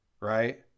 right